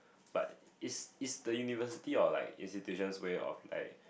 but is is the university or like institution's way of like